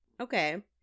okay